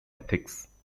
ethics